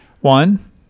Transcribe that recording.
One